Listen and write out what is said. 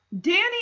Danny